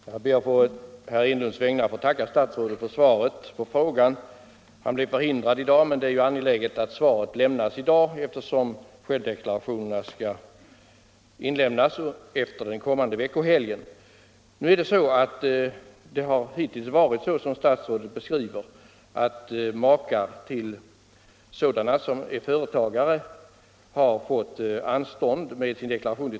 Herr talman! Jag ber att på herr Enlunds vägnar få tacka statsrådet för svaret på frågan. Herr Enlund är förhindrad att närvara i kammaren i dag, men det var ändå angeläget att svaret mottogs nu eftersom självdeklarationerna skall inlämnas direkt efter den kommande veckohelgen. Maka till egen företagare har — såsom statsrådet nämner — liksom maken fått anstånd till den 31 mars med att avlämna sin deklaration.